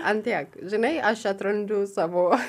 ant tiek žinai aš atrandu savo